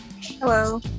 Hello